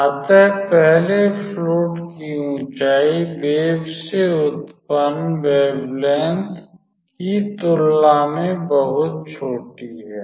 अतः पहले फ्लुइड की ऊंचाई वेव से उत्पन्न तरंगदैर्ध्य की तुलना में बहुत छोटी है